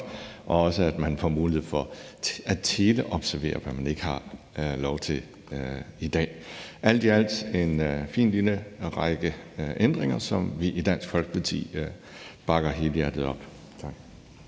og også at man får mulighed for at teleobservere, hvad man ikke har lov til i dag. Alt i alt er det en fin lille række ændringer, som vi i Dansk Folkeparti bakker helhjertet op.